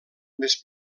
més